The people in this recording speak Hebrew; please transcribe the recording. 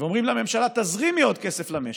ואומרים לממשלה: תזרימי עוד כסף למשק.